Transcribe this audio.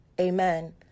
amen